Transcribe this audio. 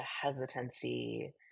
hesitancy